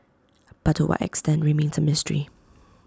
but to what extent remains A mystery